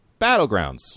Battlegrounds